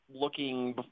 looking